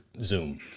Zoom